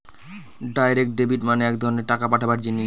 direct debit মানে এক ধরনের টাকা পাঠাবার জিনিস